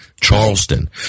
Charleston